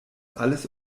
alles